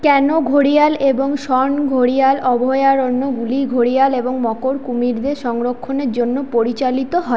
কেন ঘড়িয়াল এবং সন ঘড়িয়াল অভয়ারণ্যগুলি ঘড়িয়াল এবং মকর কুমিরদের সংরক্ষণের জন্য পরিচালিত হয়